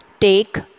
take